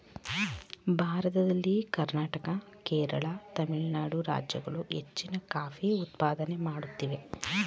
ಭಾರತದಲ್ಲಿ ಕರ್ನಾಟಕ, ಕೇರಳ, ತಮಿಳುನಾಡು ರಾಜ್ಯಗಳು ಹೆಚ್ಚಿನ ಕಾಫಿ ಉತ್ಪಾದನೆ ಮಾಡುತ್ತಿವೆ